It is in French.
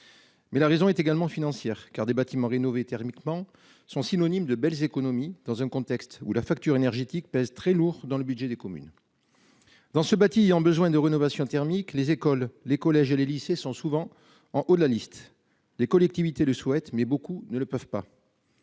Mais la raison est également financière car des bâtiments rénovés thermiquement sont synonymes de belles économies dans un contexte où la facture énergétique pèse très lourd dans le budget des communes. Dans ce bâti en besoin de rénovation thermique, les écoles, les collèges et les lycées sont souvent en haut de la liste des collectivités le souhaitent mais beaucoup ne le peuvent pas.